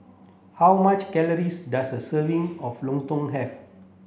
how much calories does a serving of Lontong have